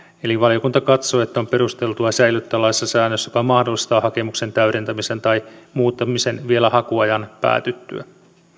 eli valiokunta katsoo että on perusteltua säilyttää laissa säännös joka mahdollistaa hakemuksen täydentämisen tai muuttamisen vielä hakuajan päätyttyä